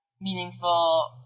meaningful